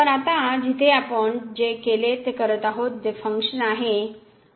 तर आता तिथे आपण जे केले ते करत आहोत हे फनंक्शन आहे